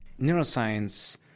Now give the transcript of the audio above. Neuroscience